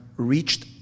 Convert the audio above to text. reached